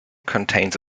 contains